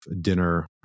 dinner